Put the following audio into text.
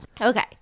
Okay